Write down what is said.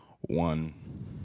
one